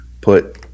put